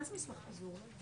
מה זה מסמך פיזור?